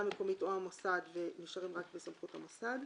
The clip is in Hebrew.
המקומית או המוסד ונשארים רק בסמכות המוסד.